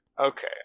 Okay